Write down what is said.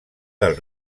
del